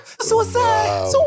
Suicide